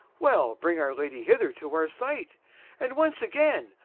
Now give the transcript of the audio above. well, bring our lady hither to our sight and once again,